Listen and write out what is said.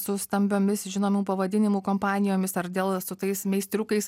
su stambiomis žinomų pavadinimų kompanijomis ar dėl su tais meistriukais